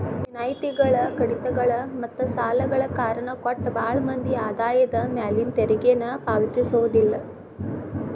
ವಿನಾಯಿತಿಗಳ ಕಡಿತಗಳ ಮತ್ತ ಸಾಲಗಳ ಕಾರಣ ಕೊಟ್ಟ ಭಾಳ್ ಮಂದಿ ಆದಾಯದ ಮ್ಯಾಲಿನ ತೆರಿಗೆನ ಪಾವತಿಸೋದಿಲ್ಲ